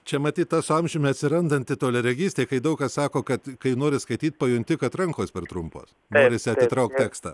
čia matyt ta su amžiumi atsirandanti toliaregystė kai daug kas sako kad kai nori skaityt pajunti kad rankos per trumpos norisi atitraukt tekstą